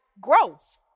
growth